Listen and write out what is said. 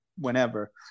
whenever